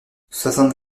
soixante